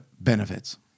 benefits